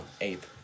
ape